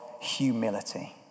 humility